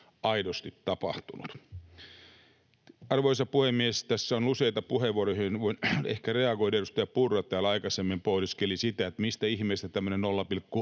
aidosti tapahtunut. Arvoisa puhemies! Tässä on useita puheenvuoroja, joihin voin ehkä reagoida. Edustaja Purra täällä aikaisemmin pohdiskeli sitä, mistä ihmeestä tämmöinen 0,7